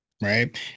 Right